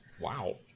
wow